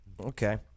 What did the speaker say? Okay